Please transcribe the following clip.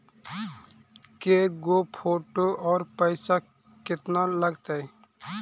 के गो फोटो औ पैसा केतना लगतै?